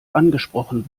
angesprochen